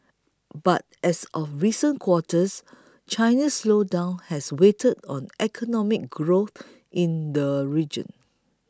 but as of recent quarters China's slowdown has weighed on economic growth in the region